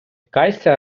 кайся